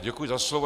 Děkuji za slovo.